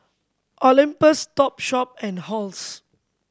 Olympus Topshop and Halls